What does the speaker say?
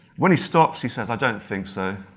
when he stops he says, i don't think so.